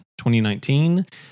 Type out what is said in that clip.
2019